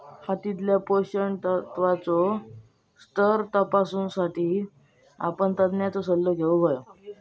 मातीतल्या पोषक तत्त्वांचो स्तर तपासुसाठी आपण तज्ञांचो सल्लो घेउक हवो